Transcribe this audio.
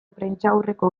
prentsaurreko